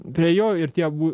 pie jo ir tie abu